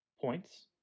points